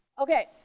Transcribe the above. Okay